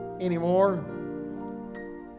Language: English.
anymore